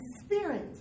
spirit